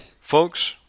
folks